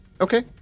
Okay